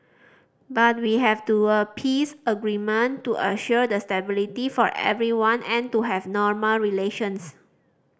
but we have to a peace agreement to assure the stability for everyone and to have normal relations